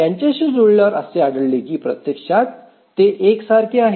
त्यांच्याशी जुळल्यावर असे आढळले की ते प्रत्यक्षात एकसारखे आहेत